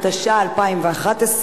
התשע"א 2011,